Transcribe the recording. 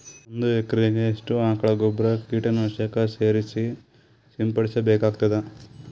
ಒಂದು ಎಕರೆಗೆ ಎಷ್ಟು ಆಕಳ ಗೊಬ್ಬರ ಕೀಟನಾಶಕ ಸೇರಿಸಿ ಸಿಂಪಡಸಬೇಕಾಗತದಾ?